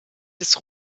des